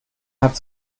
hat